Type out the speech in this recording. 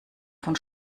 von